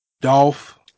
Dolph